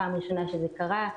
פעם ראשונה שזה קרה.